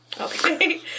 Okay